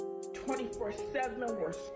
24-7